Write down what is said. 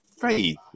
faith